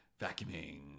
vacuuming